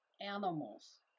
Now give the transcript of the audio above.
animals